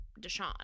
deshaun